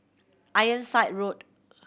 Ironside Road